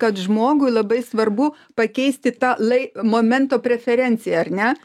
kad žmogui labai svarbu pakeisti tą lai momento preferenciją ar ne